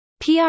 PR